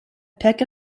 peck